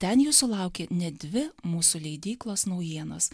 ten jūsų laukia net dvi mūsų leidyklos naujienos